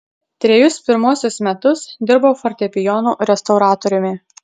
trejus pirmuosius metus dirbau fortepijonų restauratoriumi